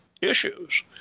issues